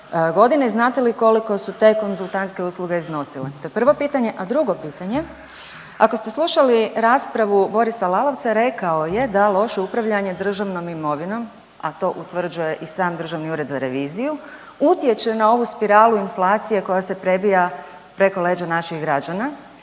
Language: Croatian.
godina. Znate li koliko su te konzultantske usluge iznosile? To je prvo pitanje. A drugo pitanje, ako ste slušali raspravu Borisa Lalovca rekao je da loše upravljanje državnom imovinom, a to utvrđuje i sam Državni ured za reviziju utječe na ovu spiralu inflacije koja se prebija preko leđa naših građana.